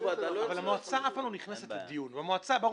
יקימו ועדה.